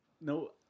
no